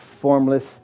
formless